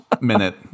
minute